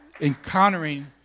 encountering